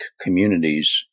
communities